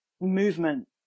movement